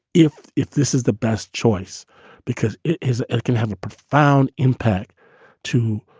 if if this is the best choice because it is, it can have a profound impact to.